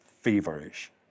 feverish